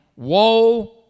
Woe